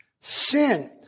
sin